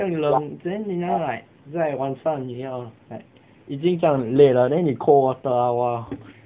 酱冷 then 你还要 like like 晚上你要 like 已经这样累了 then 你 cold water ah !wah!